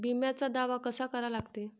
बिम्याचा दावा कसा करा लागते?